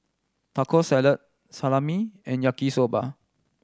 Taco Salad Salami and Yaki Soba